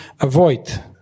avoid